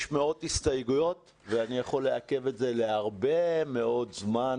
יש מאות הסתייגויות ואני יכול לעכב את זה להרבה מאוד זמן,